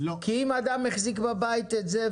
אם אדם החזיק בבית את זה,